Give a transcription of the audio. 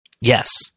Yes